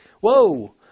Whoa